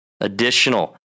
additional